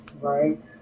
right